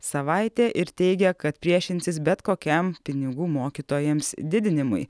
savaitė ir teigė kad priešinsis bet kokiam pinigų mokytojams didinimui